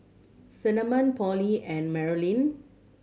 Cinnamon Pollie and Marolyn